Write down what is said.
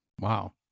Wow